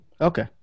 Okay